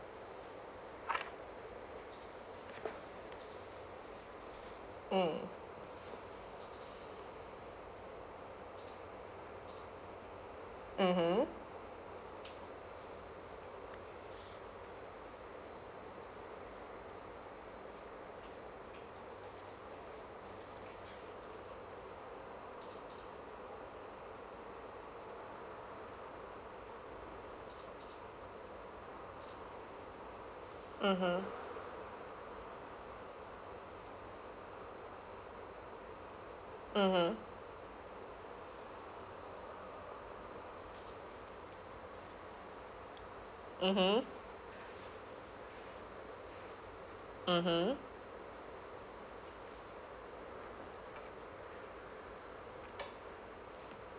mm mmhmm mmhmm mmhmm mmhmm mmhmm